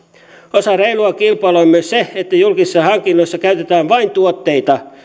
osa reilua kilpailua on myös se että julkisissa hankinnoissa käytetään vain tuotteita